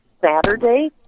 Saturday